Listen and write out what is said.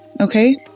okay